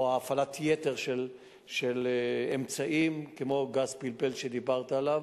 הפעלת-יתר של אמצעים כמו גז פלפל שדיברת עליו.